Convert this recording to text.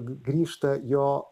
grįžta jo